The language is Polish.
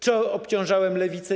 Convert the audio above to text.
Czy obciążałem lewicę?